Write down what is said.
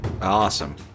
Awesome